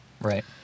right